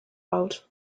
out